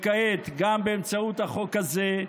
וכעת גם באמצעות החוק הזה,